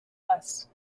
less